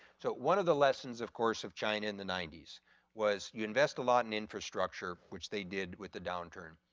so one of the lessons of course of china in the ninety s was you invest a lot in infrastructure which they did with the down turn.